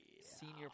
senior